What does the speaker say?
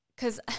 Cause